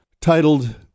titled